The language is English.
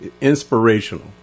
inspirational